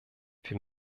wir